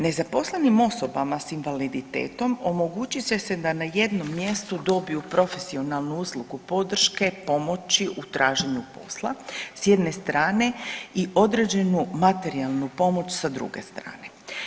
Nezaposlenim osobama s invaliditetom omogućit će se da na jednom mjestu dobiju profesionalnu uslugu podrške, pomoći u traženju posla s jedne strane i određenu materijalnu pomoć sa druge strasne.